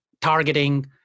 targeting